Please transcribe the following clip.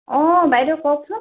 অঁ বাইদেউ কওকচোন